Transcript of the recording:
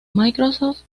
microsoft